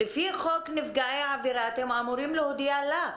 לפי חוק נפגעי עבירה, אתם אמורים להודיע לה.